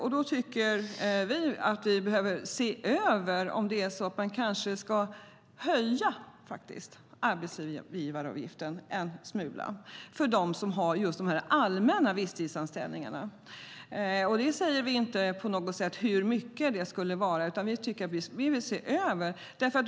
Vi tycker att vi behöver se över om vi ska höja arbetsgivaravgiften en smula för dem som har just de här allmänna visstidsanställningarna. Vi säger inte hur mycket det skulle vara, utan vi vill se över det.